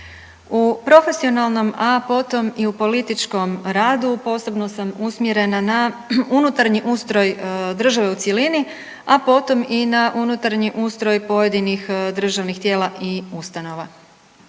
U profesionalnom, a potom i u političkom radu posebno sam usmjerena na unutarnji ustroj države u cjelini, a potom i na unutarnji ustroj pojedinih državnih tijela i ustanova.